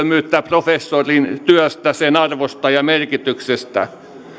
professorin työstä sen arvosta ja merkityksestä